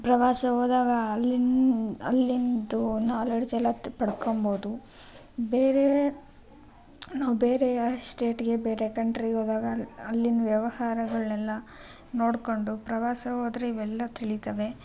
ಪ್ರವಾಸ ಹೋದಾಗ ಅಲ್ಲಿನ ಅಲ್ಲಿಂದು ನಾಲೆಡ್ಜ್ ಎಲ್ಲ ಪಡ್ಕೋಬೋದು ಬೇರೆ ನಾವು ಬೇರೆ ಯಾವ ಸ್ಟೇಟ್ಗೆ ಬೇರೆ ಕಂಟ್ರಿಗೆ ಹೋದಾಗ ಅಲ್ಲಿನ ವ್ಯವಹಾರಗಳನ್ನೆಲ್ಲ ನೋಡಿಕೊಂಡು ಪ್ರವಾಸ ಹೋದರೆ ಇವೆಲ್ಲ ತಿಳೀತವೆ